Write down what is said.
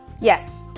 Yes